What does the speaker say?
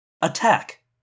Attack